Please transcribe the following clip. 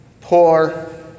poor